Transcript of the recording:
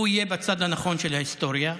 הוא יהיה בצד הנכון של ההיסטוריה.